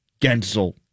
Gensel